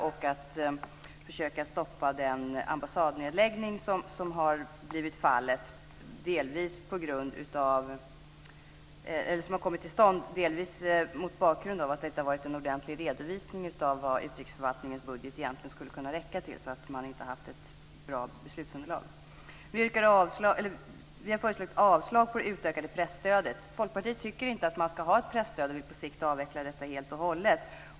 Vi vill också stoppa den ambassadnedläggning som har skett, delvis på grund av att det inte har funnits någon ordentlig redovisning av vad utrikesförvaltningens budget egentligen skulle räcka till, så man har inte haft något bra beslutsunderlag. Vi yrkar avslag på förslaget om det utökade presstödet. Vi i Folkpartiet tycker inte att man ska ha ett presstöd och vill på sikt avveckla det helt och hållet.